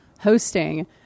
hosting